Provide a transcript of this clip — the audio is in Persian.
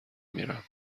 میرم